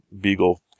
Beagle